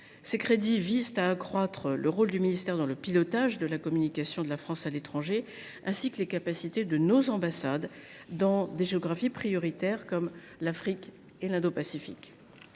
Elle vise à accroître le rôle du ministère dans le pilotage de la communication de la France à l’étranger, ainsi que les capacités de nos ambassades dans les zones géographiques prioritaires, comme l’Afrique et l’Indo Pacifique.